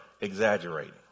exaggerating